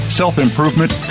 self-improvement